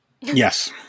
Yes